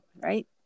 Right